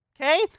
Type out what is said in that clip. Okay